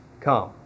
come